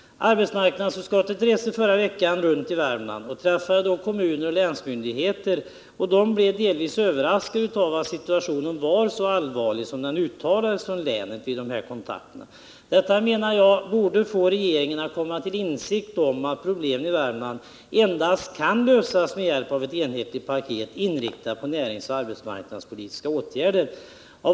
Arbetsmarknadsutskottet reste förra veckan runt i Värmland och träffade då företrädare för kommuner och länsmyndigheter, och man blev delvis överraskad av att situationen var så allvarlig som den vid dessa kontakter sades vara. Detta borde få regeringen att komma till insikt om att problemen i Värmland endast kan lösas med hjälp av ett enhetligt paket, inriktat på näringsoch arbetsmarknadspolitiska åtgärder.